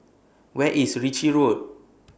Where IS Ritchie Road